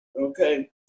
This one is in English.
Okay